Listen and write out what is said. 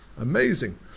Amazing